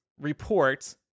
report